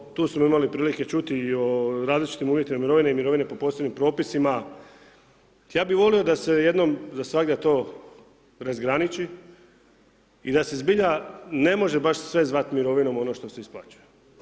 Kada govorimo o, tu smo imali prilike čuti i o različitim uvjetima mirovine i mirovine po posebnim propisima, ja bi volio da se jednom zasvagda to razgraniči i da se zbilja ne može baš sve zvat mirovinom ono što se isplaćuje.